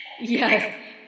Yes